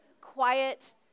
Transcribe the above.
quiet